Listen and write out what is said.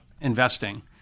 investing